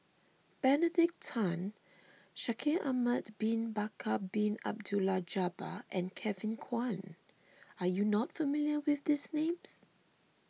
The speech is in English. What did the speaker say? Benedict Tan Shaikh Ahmad Bin Bakar Bin Abdullah Jabbar and Kevin Kwan are you not familiar with these names